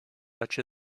such